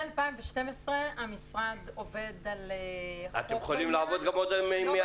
מ-2012 המשרד עובד על -- אתם יכולים לעבוד גם מ-2000.